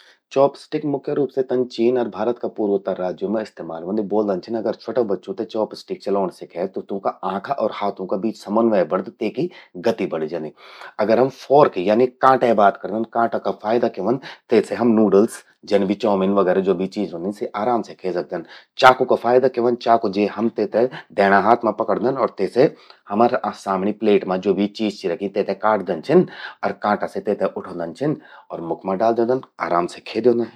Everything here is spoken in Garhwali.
चॉपस्टिक तन मुख्य रूप से चीन अर भारत का पूर्वोत्तर राज्यों मां इस्तेमाल व्हंदि। ब्वोलदन छिन अगर छ्वटा बच्चों ते चॉपस्टिक चलौंण सिखै त तूंका आंखा अर हाथों का बीच समन्वय बणद, तेकि गति बणि जंदि। अगर हम फोर्क यानी कांटे बात करदन, त कांटो फायदा क्या व्हंद, तेसे हम नूडल्स, जन यि चाउमिन वगैरह ज्वो भी चीज रौंदिन, सि आराम से खे सकदन। चाकू का फायदा क्या वंहद, चाकू जे हम तेते दैंणा हाथ मां पकड़दन अर तेसे हमरा सामणि प्लेट मां ज्वो भी चीज चि रख्यीं, तेते काटदन छिन अर कांटा से तेते उठौंदन छिन अर मुख मां डाल द्योंदन, आराम से खे द्योंदन।